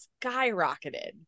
skyrocketed